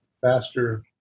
faster